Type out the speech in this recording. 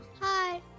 Hi